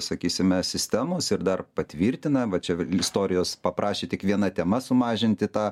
sakysime sistemos ir dar patvirtina va čia istorijos paprašė tik viena tema sumažinti tą